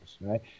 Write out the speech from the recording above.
Right